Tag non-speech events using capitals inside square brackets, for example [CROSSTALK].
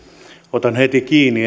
otan kiinni [UNINTELLIGIBLE]